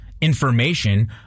information